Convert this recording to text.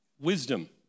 wisdom